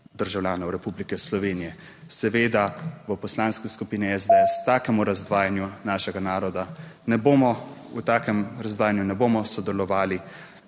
državljanov Republike Slovenije. Seveda v Poslanski skupini SDS takemu razdvajanju našega naroda ne bomo, v takem razdvajanju ne bomo sodelovali.